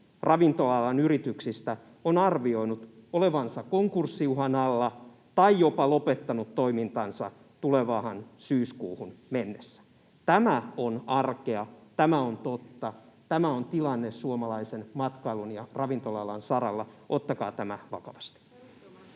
ravintola-alan yrityksistä on arvioinut olevansa konkurssiuhan alla tai jopa lopettanut toimintansa tulevaan syyskuuhun mennessä. Tämä on arkea, tämä on totta, tämä on tilanne suomalaisen matkailun ja ravintola-alan saralla. Ottakaa tämä vakavasti.